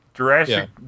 Jurassic